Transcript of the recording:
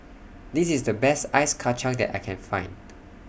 This IS The Best Ice Kachang that I Can Find